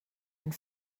and